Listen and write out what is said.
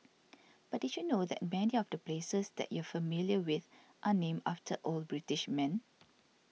but did you know that many of the places that you're familiar with are named after old British men